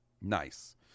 Nice